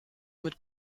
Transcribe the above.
mit